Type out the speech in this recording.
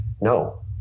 no